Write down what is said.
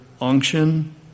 unction